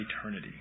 eternity